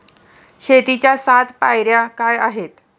शेतीच्या सात पायऱ्या काय आहेत?